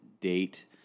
date